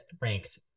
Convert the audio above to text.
ranked